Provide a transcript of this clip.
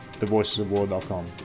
thevoicesofwar.com